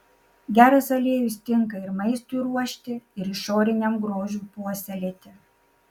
geras aliejus tinka ir maistui ruošti ir išoriniam grožiui puoselėti